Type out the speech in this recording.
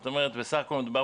אתם בסוף מייצגים